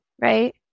right